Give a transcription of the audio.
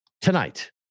tonight